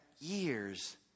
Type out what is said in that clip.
years